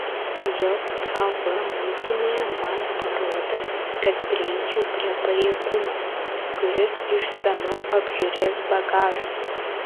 jav muitinėje man parodė kad prieičiau prie pareigūno kuris išsamiau apžiūrės bagažą